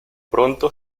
pronto